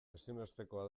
ezinbestekoa